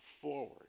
forward